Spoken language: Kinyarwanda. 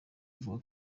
ivuga